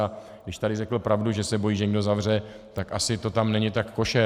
A když tady řekl pravdu, že se bojí, že je někdo zavře, tak asi to tam není tak košer.